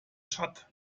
tschad